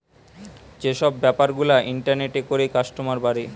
যে সব বেপার গুলা ইন্টারনেটে করে কাস্টমার বাড়ে